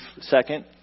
second